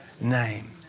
name